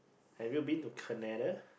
have you been to Canada